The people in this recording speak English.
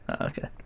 Okay